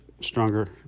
stronger